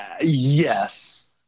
yes